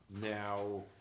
Now